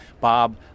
Bob